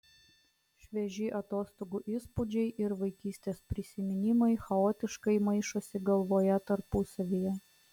švieži atostogų įspūdžiai ir vaikystės prisiminimai chaotiškai maišosi galvoje tarpusavyje